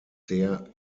der